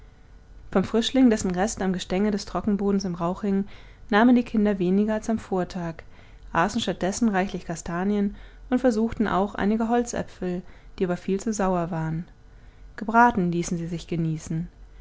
vom frischling dessen rest am gestänge des trockenbodens im rauch hing nahmen die kinder weniger als am vortag aßen statt dessen reichlich kastanien und versuchten auch einige holzäpfel die aber viel zu sauer waren gebraten ließen sie sich genießen